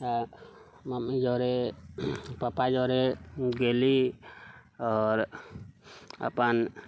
आ मम्मी जरे पपा जरे गेलीह आओर अपन